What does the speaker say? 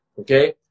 okay